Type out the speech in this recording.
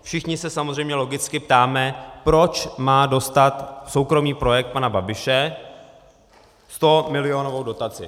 Všichni se samozřejmě logicky ptáme, proč má dostat soukromý projekt pana Babiše 100milionovou dotaci.